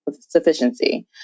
sufficiency